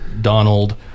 Donald